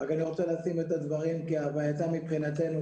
אני רוצה לשים את הדברים כהווייתם מבחינתנו,